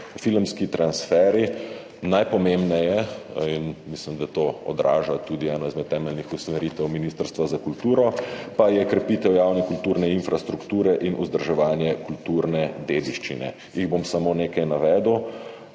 filmski transferji. Najpomembnejša – in mislim, da to odraža tudi eno izmed temeljnih usmeritev Ministrstva za kulturo – pa je krepitev javne kulturne infrastrukture in vzdrževanje kulturne dediščine. Jih bom samo nekaj navedel.